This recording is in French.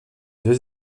deux